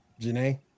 Janae